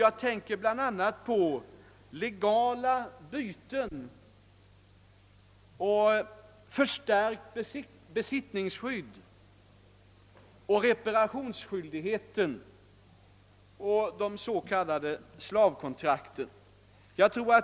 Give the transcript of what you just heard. Jag tänker bl.a. på de legala bytena, det förstärkta besittningsskyddet, reparationsskyldigheten och de s.k. slavkontrakten.